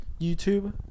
youtube